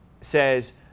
says